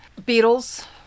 Beatles